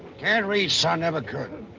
can't read son of a colonel?